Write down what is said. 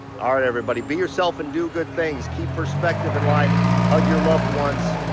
all right, everybody. be yourself and do good things. keep perspective in life. hug your loved ones.